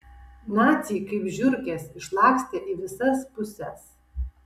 naciai kaip žiurkės išlakstė į visas puses